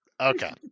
okay